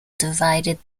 divided